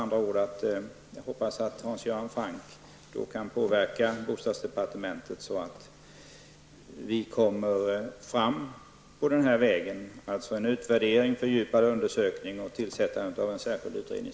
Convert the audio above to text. Jag hoppas att Hans Göran Franck kan påverka bostadsdepartementet, så att vi kommer fram på den här vägen och att det tillsätts en särskild utredningsgrupp och görs en fördjupad undersökning.